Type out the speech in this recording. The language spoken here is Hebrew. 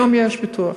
היום יש ביטוח,